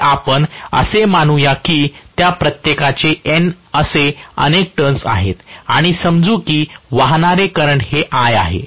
तर आपण असे म्हणूया की त्या प्रत्येकाचे N असे अनेक टर्न्स आहेत आणि समजू की वाहणारे करंट हे I आहे